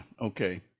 Okay